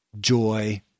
joy